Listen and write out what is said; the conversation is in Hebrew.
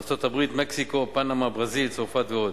ארצות-הברית, מקסיקו, פנמה, ברזיל, צרפת ועוד.